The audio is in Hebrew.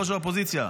ראש האופוזיציה,